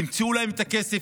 תמצאו להן את הכסף,